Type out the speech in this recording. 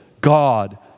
God